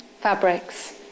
fabrics